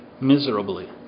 Miserably